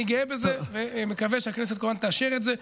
אני גאה בזה, ואני מקווה שהכנסת כמובן תאשר את זה.